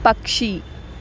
పక్షి